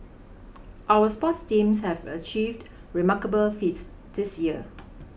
our sports teams have achieved remarkable feats this year